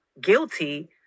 guilty